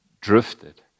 drifted